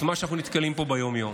את מה שאנחנו נתקלים בו ביום-יום.